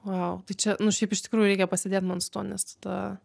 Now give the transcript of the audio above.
vau tai čia nu šiaip iš tikrųjų reikia pasėdėt man su tuos nes tada